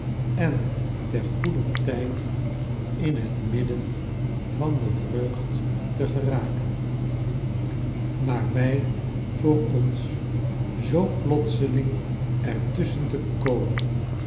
en ter goeder tijd in het midden van de vreugdtegeraken maar wij voor ons zoo plotseling er tusschen te komen